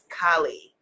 Kali